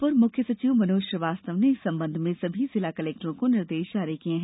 अपर मुख्य सचिव मनोज श्रीवास्तव ने इस संबंध में सभी जिला कलेक्टरों को निर्देश जारी किये है